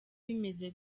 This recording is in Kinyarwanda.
bimeze